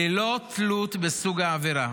ללא תלות בסוג העבירה.